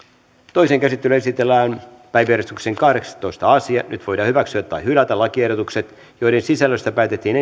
toiseen käsittelyyn esitellään päiväjärjestyksen kahdeksastoista asia nyt voidaan hyväksyä tai hylätä lakiehdotukset joiden sisällöstä päätettiin